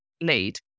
lead